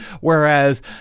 whereas